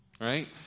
Right